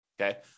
Okay